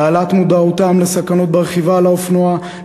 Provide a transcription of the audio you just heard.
להעלאת מודעותם לסכנות ברכיבה על האופנוע,